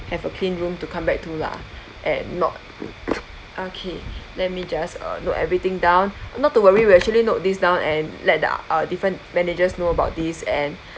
have a clean room to come back to lah and not okay let me just uh note everything down not to worry we'll actually note this down and let the uh different managers know about this and